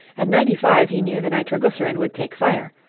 at ninety-five he knew the nitroglycerin would take fire,